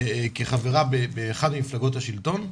כחברה שאחת ממפלגות השלטון,